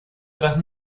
tras